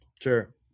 Sure